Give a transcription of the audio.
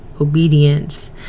obedience